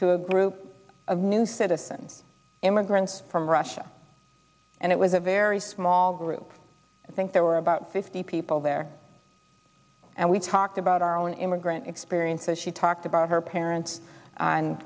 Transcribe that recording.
to a group of new citizens immigrants from russia and it was a very small group i think there were about fifty people there and we talked about our own immigrant experiences she talked about her parents